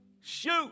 Shoot